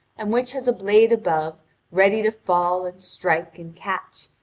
and which has a blade above ready to fall and strike and catch,